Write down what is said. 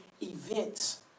events